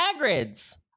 Hagrid's